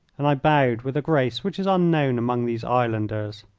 and i bowed with a grace which is unknown among these islanders.